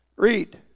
Read